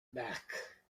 back